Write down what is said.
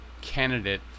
candidate